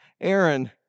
Aaron